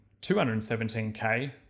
217K